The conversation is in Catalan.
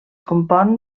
compon